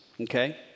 okay